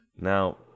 Now